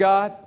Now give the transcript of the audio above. God